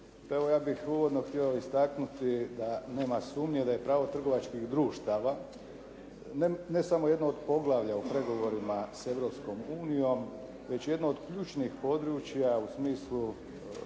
Evo ja bih uvodno htio istaknuti da nema sumnje da je pravo trgovačkih društava ne samo jedno od poglavlja u pregovorima s Europskom unijom već jedno od ključnih područja u smislu